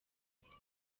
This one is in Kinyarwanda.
bitaro